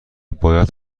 باید